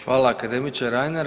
Hvala, akademiče Reiner.